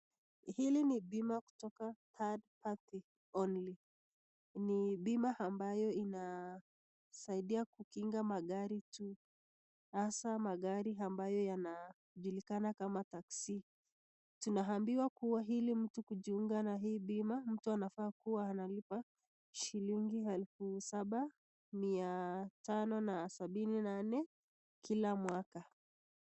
Hili ni bima kutoka Third Party Only. Ni bima ambayo inasaidia kukinga magari hasa magari ambayo inajulikana kama taxi Tunaambiwa kuwa ili mtu kujiunga na hii bima mtu anafaa kuwa analipa shilingi elfu saba na mia tano na sabini na nne kila mwaka.